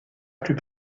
plus